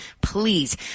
Please